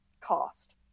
cost